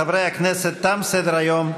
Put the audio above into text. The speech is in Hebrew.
חברי הכנסת, תם סדר-היום.